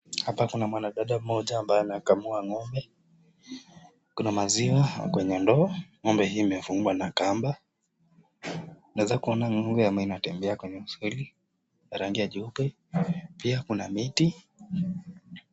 Hapa kuna mwanadada mmoja ambaye anayekamua ng'ombe, kuna maziwa kwenye ndoo, ng'ombe hii imefungwa na kamba. Tunaweza kuona ng'ombe ama inatembea kwenye rangi ya jeupe. Pia kuna miti.